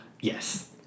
Yes